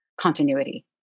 continuity